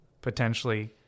potentially